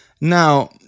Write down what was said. Now